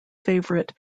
favourite